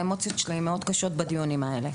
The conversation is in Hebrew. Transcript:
האמוציות שלי הן מאוד קשות בדיונים האלה.